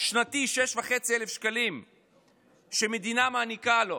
השנתי 6,500 שקלים שהמדינה מעניקה לו,